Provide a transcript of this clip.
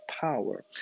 power